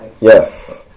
Yes